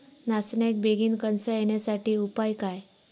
नाचण्याक बेगीन कणसा येण्यासाठी उपाय काय?